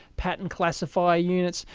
pattern classifier units,